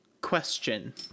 question